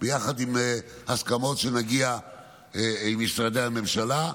יחד עם הסכמות שנגיע אליהן עם משרדי ממשלה.